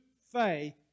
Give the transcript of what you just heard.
faith